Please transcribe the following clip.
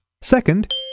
Second